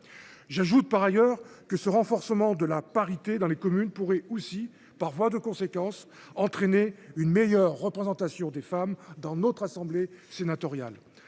J’ajoute par ailleurs que ce renforcement de la parité dans les communes pourrait aussi, par voie de conséquence, entraîner une meilleure représentation des femmes dans notre assemblée sénatoriale.